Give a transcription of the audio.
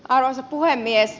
arvoisa puhemies